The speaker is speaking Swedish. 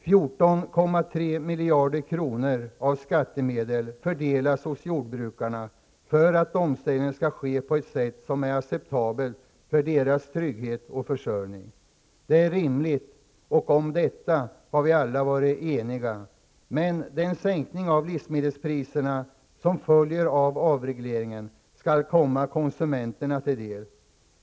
14,3 miljarder kronor av skattemedlen fördelas hos jordbrukarna för att omställningen skall ske på ett sätt som är acceptabelt för deras trygghet och försörjning. Det är rimligt, och om detta har vi alla varit eniga. Men den sänkning av livsmedelspriserna som följer av avregleringen skall komma konsumenterna till del.